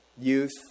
youth